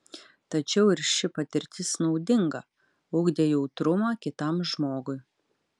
tačiau ir ši patirtis naudinga ugdė jautrumą kitam žmogui